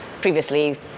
previously